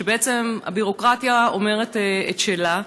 שבעצם הביורוקרטיה אומרת את שלה: